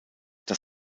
das